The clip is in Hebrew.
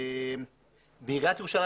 בעיריית ירושלים